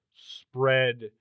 spread